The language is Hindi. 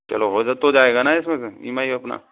चलो हो तो जायेगा ना इसमें फिर ई एम आई अपना